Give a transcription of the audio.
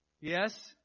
yes